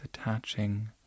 attaching